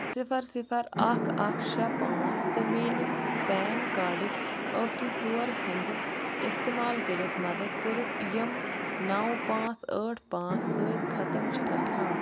صفر صفر اکھ اکھ شےٚ پانٛژھ تہٕ میٛٲنس پین کارڈٕکۍ ٲخٕری ژور ہنٛدس استعمال کٔرتھ مدد کٔرتھ یم نَو پانٛژھ ٲٹھ پانٛژھ سۭتۍ ختم چھ گژھان